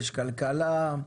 הכלכלה,